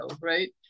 right